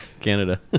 Canada